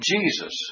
Jesus